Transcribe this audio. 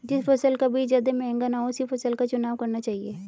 जिस फसल का बीज ज्यादा महंगा ना हो उसी फसल का चुनाव करना चाहिए